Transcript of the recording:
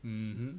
mmhmm